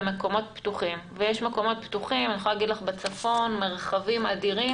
על כל מקרה ידוע יש עד פי עשרה מקרים לא ידועים.